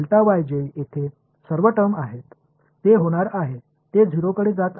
तर जे येथे सर्व टर्म्स आहेत ते होणार आहेत ते 0 कडे जात आहेत